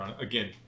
again